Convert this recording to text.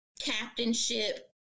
captainship